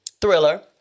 Thriller